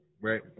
Right